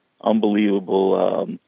unbelievable